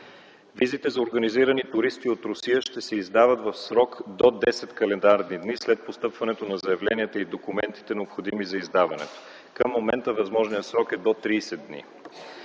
Визите за организирани туристи от Русия ще се издават в срок до 10 календарни дни след постъпването на заявленията и документите, необходими за издаването. Към момента възможният срок е до 30 дни.